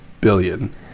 billion